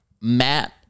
Matt